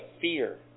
fear